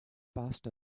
passed